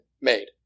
made